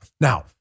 Now